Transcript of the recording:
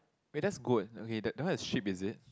wait that's goat okay that the one is sheep is it